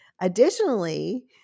Additionally